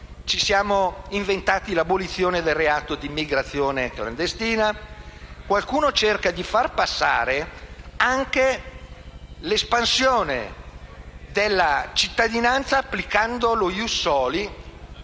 ci siamo inventati l'abolizione del reato di immigrazione clandestina; qualcuno cerca di far passare anche l'espansione della cittadinanza applicando lo *ius soli,*